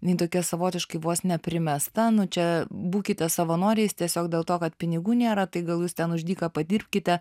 jinai tokia savotiškai vos ne primesta nu čia būkite savanoriais tiesiog dėl to kad pinigų nėra tai gal jūs ten už dyką padirbkite